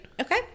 Okay